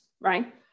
Right